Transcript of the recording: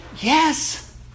Yes